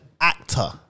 actor